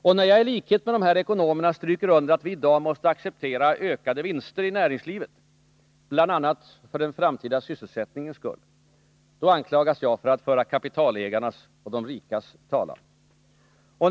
Och när jag i likhet med de här ekonomerna stryker under att vi i dag måste acceptera ökade vinster i näringslivet bl.a. för den framtida sysselsättningens skull, då anklagas jag för att föra kapitalägarnas och de rikas talan.